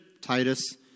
Titus